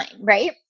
Right